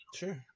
sure